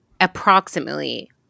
approximately